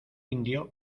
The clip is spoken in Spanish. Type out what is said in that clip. indio